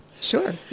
Sure